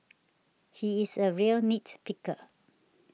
he is a real nit picker